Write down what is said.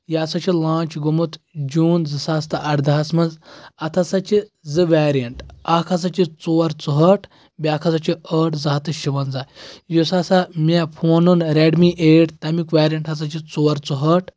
یہِ ہسا چھُ لاںٛچ گوٚومُت جوٗن زٕ ساس تہٕ اَردہَس منٛز اَتھ ہسا چھِ زٕ ویرینٹ اکھ ہسا چھُ ژور ژُہٲٹھ بیاکھ ہسا چھُ ٲٹھ زٕ ہَتھ تہٕ شُوَنٛزاہ یُس ہسا مےٚ فون اوٚن ریڈمی ایٹ تَمیُک ویرینٛٹ ہسا چھُ ژور ژُہٲٹھ